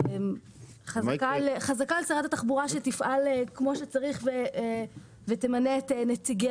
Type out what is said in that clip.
חזקה על שרת התחבורה שתפעל כמו שצריך ותמנה את נציגי